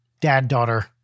dad-daughter